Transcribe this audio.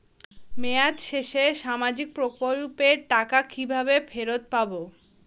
মেয়াদ শেষে সামাজিক প্রকল্পের টাকা কিভাবে ফেরত পাবো?